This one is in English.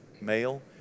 male